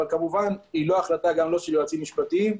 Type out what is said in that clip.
אבל כמובן היא לא החלטה של יועצים משפטיים,